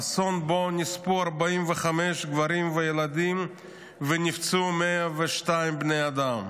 אסון שבו נספו 45 גברים וילדים ונפצעו 102 בני אדם.